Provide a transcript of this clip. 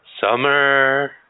Summer